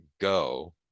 go